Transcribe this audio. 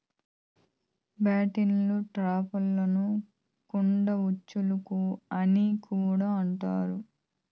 bottle ట్రాప్లను కుండ ఉచ్చులు అని కూడా అంటారు